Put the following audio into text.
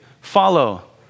follow